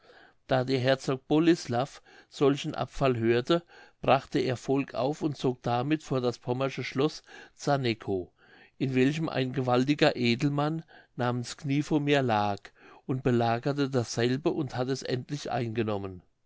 da der herzog bolislaff solchen abfall hörte brachte er volk auf und zog damit vor das pommersche schloß zarnekow in welchem ein gewaltiger edelmann namens gniefomer lag und belagerte dasselbe und hat es endlich eingenommen